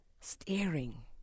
Staring